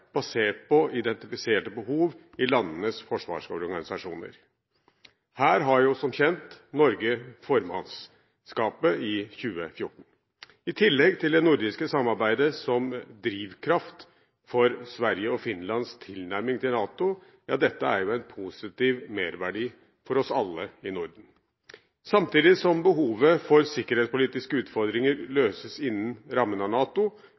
basert på identifiserte behov i landenes forsvarsorganisasjoner. Her har jo, som kjent, Norge formannskapet i 2014. I tillegg gir det nordiske samarbeidet som drivkraft for Sverige og Finlands tilnærming til NATO en positiv merverdi for oss alle i Norden. Samtidig som behovet for sikkerhetspolitiske utfordringer løses innen rammen av NATO,